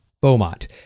Beaumont